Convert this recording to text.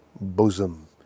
Bosom